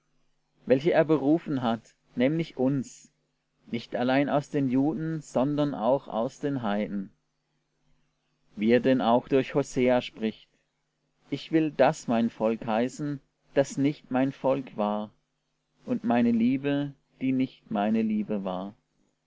welche er berufen hat nämlich uns nicht allein aus den juden sondern auch aus den heiden wie er denn auch durch hosea spricht ich will das mein volk heißen daß nicht mein volk war und meine liebe die nicht meine liebe war